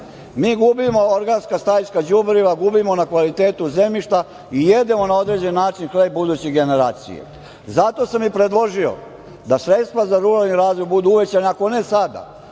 mi gubimo organska stajska đubriva, gubimo na kvalitetu zemljišta i jedemo na određeni način hleb buduće generacije. Zato sam i predložio da sredstva za ruralni razvoj budu uvećana ako ne sada,